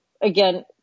again